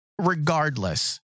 Regardless